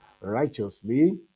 righteously